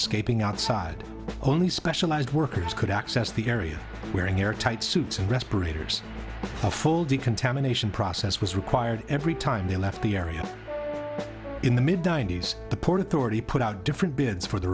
escaping outside only specialized workers could access the area where an airtight suits and respirators a full decontamination process was required every time they left the area in the mid ninety's the port authority put out different bids for the